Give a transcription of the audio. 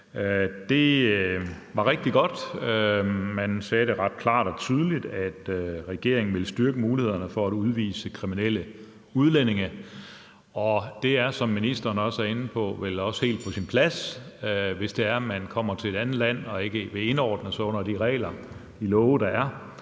det var rigtig godt. Man sagde ret klart og tydeligt, at regeringen ville styrke mulighederne for at udvise kriminelle udlændinge, og det er, som ministeren også er inde på, vel også helt på sin plads. Hvis det er sådan, at man kommer til et andet land og man ikke vil indordne sig under de regler og de love, der er,